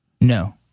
No